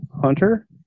Hunter